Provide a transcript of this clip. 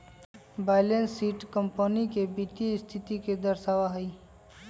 balance sheet company के वित्तीय स्थिति के दर्शावा हई